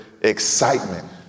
excitement